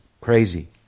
crazy